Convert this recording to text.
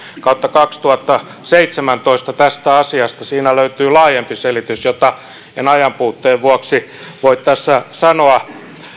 kautta kaksituhattaseitsemäntoista tästä asiasta siinä löytyy laajempi selitys jota en ajanpuutteen vuoksi voi tässä sanoa